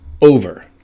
over